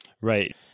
Right